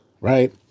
Right